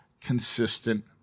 consistent